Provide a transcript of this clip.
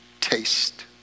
Taste